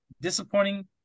disappointing